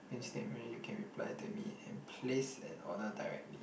means that when you can reply to me and place an order directly